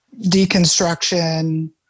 Deconstruction